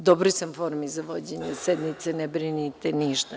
U dobroj sam formi za vođenje sednice, ne brinite ništa.